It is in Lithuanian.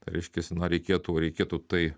reiškiasi na reikėtų reikėtų tai